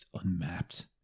unmapped